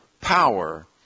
power